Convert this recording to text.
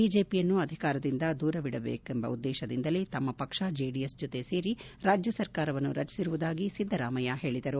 ಬಿಜೆಪಿಯನ್ನು ಅಧಿಕಾರದಿಂದ ದೂರವಿಡಬೇಕೆಂಬ ಉದ್ದೇಶದಿಂದಲೇ ತಮ್ಮ ಪಕ್ಷ ಜೆಡಿಎಸ್ ಜೊತೆ ಸೇರಿ ರಾಜ್ಯ ಸರ್ಕಾರವನ್ನು ರಚಿಸಿರುವುದಾಗಿ ಸಿದ್ದರಾಮಯ್ಯ ಹೇಳಿದರು